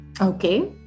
Okay